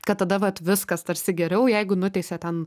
kad tada vat viskas tarsi geriau jeigu nuteisė ten